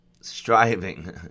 striving